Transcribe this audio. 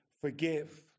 forgive